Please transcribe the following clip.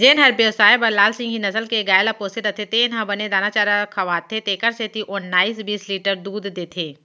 जेन हर बेवसाय बर लाल सिंघी नसल के गाय ल पोसे रथे तेन ह बने दाना चारा खवाथे तेकर सेती ओन्नाइस बीस लीटर दूद देथे